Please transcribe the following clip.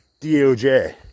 DOJ